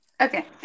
Okay